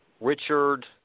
Richard